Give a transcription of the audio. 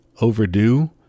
overdue